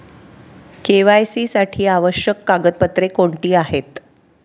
KYC साठी आवश्यक कागदपत्रे कोणती आहेत?